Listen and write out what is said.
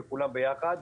לכולם ביחד.